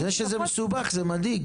זה שזה מסובך זה מדאיג.